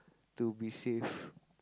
to be safe